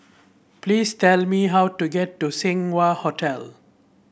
please tell me how to get to Seng Wah Hotel